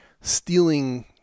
stealing